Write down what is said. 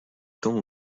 temps